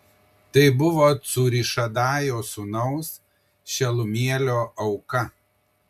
tai buvo cūrišadajo sūnaus šelumielio auka